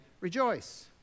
rejoice